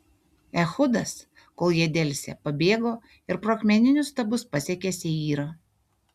ehudas kol jie delsė pabėgo ir pro akmeninius stabus pasiekė seyrą